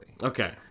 Okay